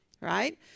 right